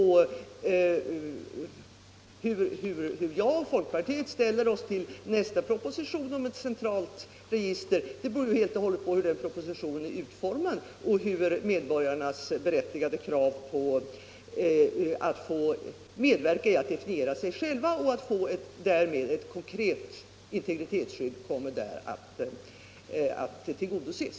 Hur jag och folkpartiet ställer oss till nästa proposition om ett centralt register beror på hur den är utformad och på hur medborgarnas berättigade krav på att medverka i att definiera sig själva och därmed få ett konkret integritetsskydd kommer att tillgodoses.